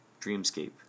Dreamscape